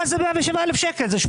מה זה 107,000 ₪?